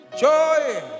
joy